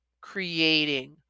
creating